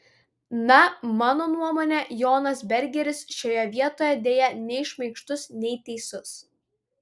na mano nuomone jonas bergeris šioje vietoje deja nei šmaikštus nei teisus